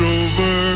over